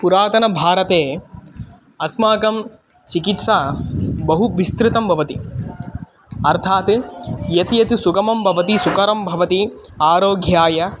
पुरातनभारते अस्माकं चिकित्सा बहु विस्तृता भवति अर्थात् यत् यत् सुखं भवति सुकरं भवति आरोग्याय